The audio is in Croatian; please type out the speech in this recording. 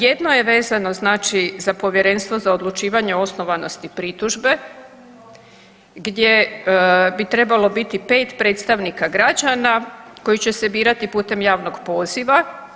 Jedno je vezano znači za Povjerenstvo za odlučivanje osnovanosti pritužbe, gdje bi trebalo biti 5 predstavnika građana koji će se birati putem javnog poziva.